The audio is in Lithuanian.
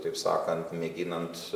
taip sakant mėginant